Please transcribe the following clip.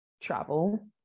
travel